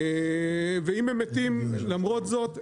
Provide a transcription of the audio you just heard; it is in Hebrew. ואם הם מתים למרות זאת,